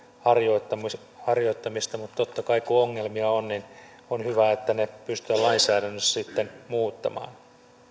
harjoittamista harjoittamista mutta totta kai kun ongelmia on on hyvä että ne pystytään lainsäädännössä sitten muuttamaan